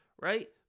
Right